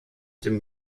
dem